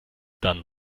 dann